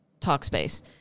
Talkspace